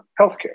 healthcare